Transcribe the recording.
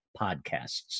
podcasts